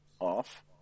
off